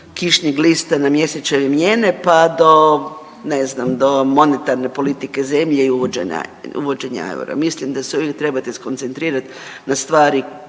kišnih glista na mjesečeve mijene, pa do ne znam do monetarne politike zemlje i uvođenja eura. Mislim da se uvijek trebate skoncentrirati na stvari